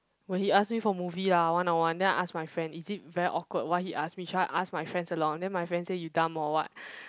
when he ask me for movie lah one on one then I ask my friend is it very awkward why he ask me should I ask my friend along then my friend said you dumb or what